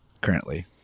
currently